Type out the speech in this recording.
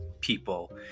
people